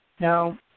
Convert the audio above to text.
Now